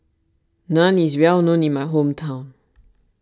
Naan is well known in my hometown